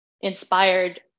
inspired